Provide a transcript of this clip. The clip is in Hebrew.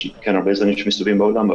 יש הרבה זנים שמסתובבים בעולם,